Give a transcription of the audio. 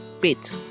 bit